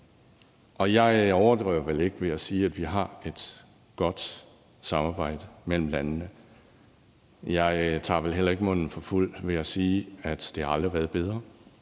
og jeg overdriver vel ikke ved at sige, at vi har et godt samarbejde mellem landene. Jeg tager vel heller ikke munden for fuld ved at sige, at det aldrig har været bedre,